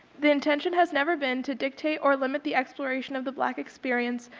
the intention has never been to dictate or limit the exploration of the black experience,